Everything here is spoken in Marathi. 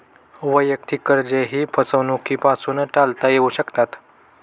वैयक्तिक कर्जेही फसवणुकीपासून टाळता येऊ शकतात